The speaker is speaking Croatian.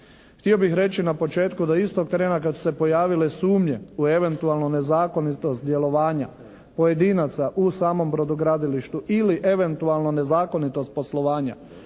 Htio bih reći na početku da istog trenutka kad su se pojavile sumnje u eventualno nezakonitost djelovanja pojedinaca u samom brodogradilištu ili eventualno nezakonitost poslovanja